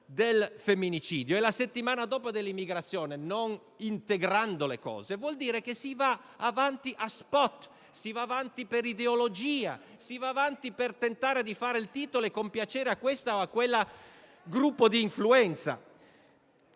del femminicidio e la settimana dopo dell'immigrazione, non integrando le questioni, vuol dire che si avanti a *spot*, si va avanti per ideologia, si va avanti per tentare di fare il titolo e compiacere questo o quel gruppo di influenza.